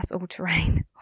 all-terrain